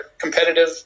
competitive